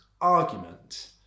argument